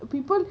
people